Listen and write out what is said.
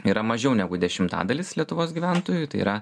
yra mažiau negu dešimtadalis lietuvos gyventojų tai yra